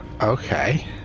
Okay